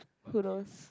who knows